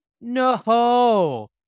No